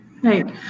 Right